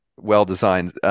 well-designed